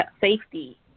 safety